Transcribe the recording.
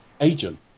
agent